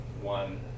one